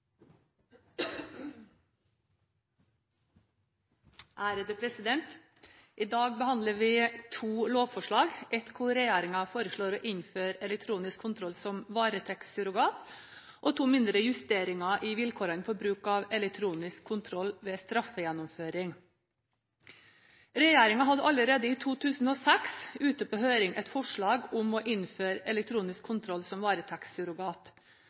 denne ordningen. I dag behandler vi to lovforslag – ett hvor regjeringen foreslår å innføre elektronisk kontroll som varetektssurrogat, og to mindre justeringer i vilkårene for bruk av elektronisk kontroll ved straffegjennomføring. Regjeringen hadde allerede i 2006 ute på høring et forslag om å innføre elektronisk kontroll som